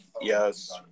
yes